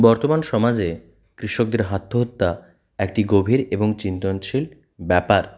বর্তমান সমাজে কৃষকদের আত্মহত্যা একটি গভীর এবং চিন্তনশীল ব্যাপার